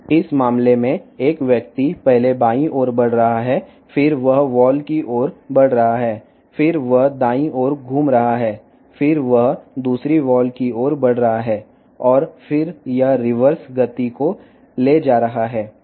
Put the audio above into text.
ఈ సందర్భంలో ఒక వ్యక్తి మొదట ఎడమ వైపుకు కదులుతున్నాడు తరువాత అది గోడ వైపుకు కదులుతోంది తరువాత అది కుడి వైపున కదులుతుంది తరువాత అది మరొక గోడ వైపుకు కదులుతుంది మరియు తరువాత అది రివర్స్ మోషన్ తీసుకుంటుంది